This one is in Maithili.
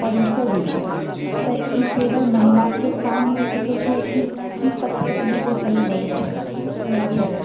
परोसै भी छै तऽ ई केवल महिलाके काम होइ सकैत छै ई ई कथ्य कहिंसँ सही नहि छै नहि छलै